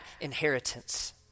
inheritance